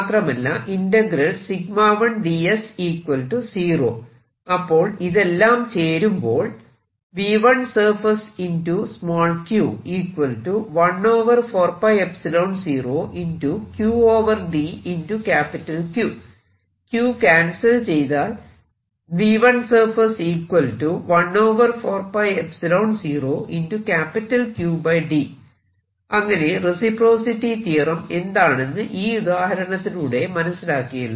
മാത്രമല്ല 1 ds 0 അപ്പോൾ ഇതെല്ലം ചേരുമ്പോൾ q ക്യാൻസൽ ചെയ്താൽ അങ്ങനെ റെസിപ്രോസിറ്റി തിയറം എന്താണെന്ന് ഈ ഉദാഹരണത്തിലൂടെ മനസിലാക്കിയല്ലോ